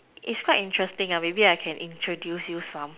it's quite interesting ah maybe I can introduce you some